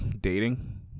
dating